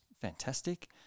fantastic